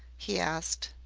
he asked.